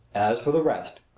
as for the rest,